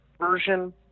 Version